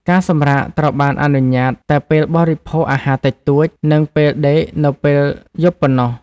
ការសម្រាកត្រូវបានអនុញ្ញាតតែពេលបរិភោគអាហារតិចតួច និងពេលដេកនៅពេលយប់ប៉ុណ្ណោះ។